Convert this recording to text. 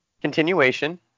continuation